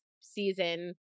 season